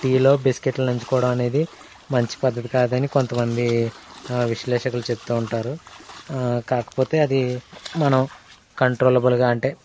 టీలో బిస్కెట్లు నంచుకోడం అనేది మంచి పద్దతి కాదని కొంత మంది విశ్లేషకులు చెప్తూ ఉంటారు కాకపోతే అది మనం కంట్రోలబుల్గా అంటే